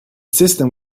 system